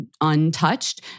untouched